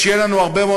אז שיהיה לנו בהצלחה.